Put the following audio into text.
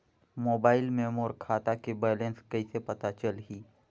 Mobile मे मोर खाता के बैलेंस कइसे पता चलही?